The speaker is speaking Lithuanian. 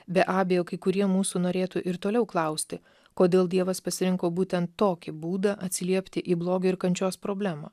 be abejo kai kurie mūsų norėtų ir toliau klausti kodėl dievas pasirinko būtent tokį būdą atsiliepti į blogio ir kančios problemą